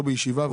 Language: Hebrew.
לא ישיבה.